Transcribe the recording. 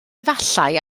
efallai